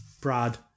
Brad